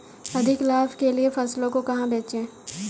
अधिक लाभ के लिए फसलों को कहाँ बेचें?